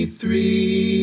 three